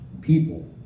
people